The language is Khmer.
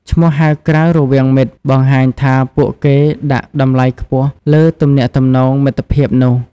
ឈ្មោះហៅក្រៅរវាងមិត្ត បង្ហាញថាពួកគេដាក់តម្លៃខ្ពស់លើទំនាក់ទំនងមិត្តភាពនោះ។